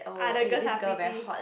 other girls are pretty